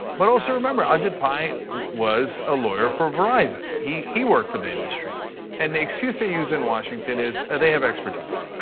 but also remember, ajit pai was a lawyer for verizon. he he worked for the industry and the excuse they use in washington is ah they have expertise.